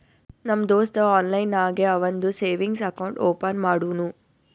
ನಮ್ ದೋಸ್ತ ಆನ್ಲೈನ್ ನಾಗೆ ಅವಂದು ಸೇವಿಂಗ್ಸ್ ಅಕೌಂಟ್ ಓಪನ್ ಮಾಡುನೂ